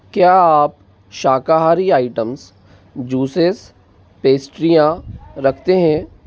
क्या आप शाकाहारी आइटम्स ज्यूसेस पेस्ट्रीयाँ रखते हैं